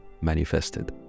manifested